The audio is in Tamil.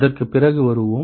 அதற்கு பிறகு வருவோம்